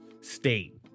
state